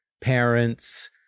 parents